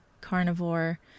carnivore